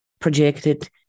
projected